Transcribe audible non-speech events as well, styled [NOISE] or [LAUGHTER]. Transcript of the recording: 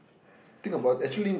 [BREATH]